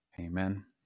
Amen